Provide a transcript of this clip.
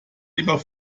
lieber